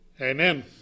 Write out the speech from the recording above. amen